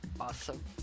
awesome